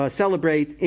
celebrate